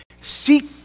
Seek